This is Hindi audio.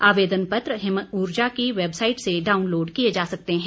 आवेदन पत्र हिमऊर्जा की वैबसाईट से डाउनलोड किए जा सकते हैं